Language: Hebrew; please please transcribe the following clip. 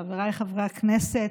חבריי חברי הכנסת,